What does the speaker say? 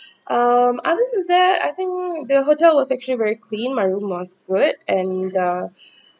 um other than that I think the hotel was actually very clean my room was good and the